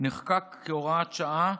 נחקק כהוראת שעה,